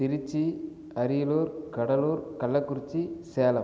Trichy Ariyalur Cuddalore Kallakurichi Salem